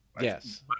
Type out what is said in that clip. Yes